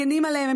הן מגינות עליהם,